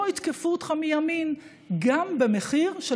תנו לו לסיים את דבריו.